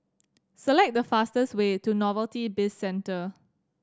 select the fastest way to Novelty Bizcentre